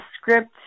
script